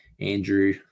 Andrew